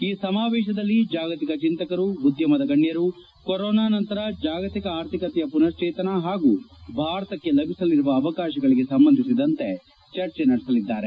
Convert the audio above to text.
ಈ ಸಮಾವೇಶದಲ್ಲಿ ಜಾಗತಿಕ ಚಿಂತಕರು ಉದ್ದಮದ ಗಣ್ಣರು ಕೊರೋನಾ ನಂತರ ಜಾಗತಿಕ ಅರ್ಥಿಕತೆಯ ಮನಶ್ಲೇತನ ಹಾಗೂ ಭಾರತಕ್ಷೆ ಲಭಿಸಲಿರುವ ಅವಕಾಶಗಳಿಗೆ ಸಂಬಂಧಿಸಿದಂತೆ ಚರ್ಚೆ ನಡೆಸಲಿದ್ದಾರೆ